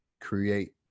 create